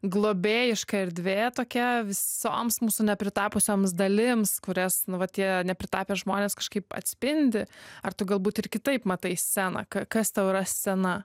globėjiška erdvė tokia visoms mūsų nepritapusioms dalims kurias nu va tie nepritapę žmonės kažkaip atspindi ar tu galbūt ir kitaip matai sceną ka kas tau yra scena